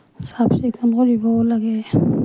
চাফ চিকুণ কৰিবও লাগে